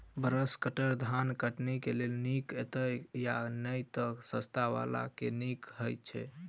Brush cutter धान कटनी केँ लेल नीक हएत या नै तऽ सस्ता वला केँ नीक हय छै?